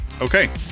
Okay